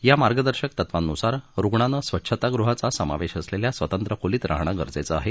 या मार्गदर्शक तत्वांनुसार रुग्णानं स्वच्छतागृहाच्या समावेश असलेल्या स्वतंत्र खोलीत रहाणं गरजेचं आहे